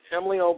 Emily